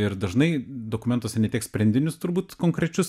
ir dažnai dokumentuose ne tiek sprendinius turbūt konkrečius